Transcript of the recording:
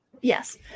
yes